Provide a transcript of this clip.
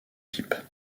pipe